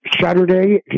Saturday